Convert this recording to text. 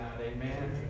Amen